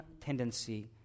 tendency